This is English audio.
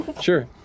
Sure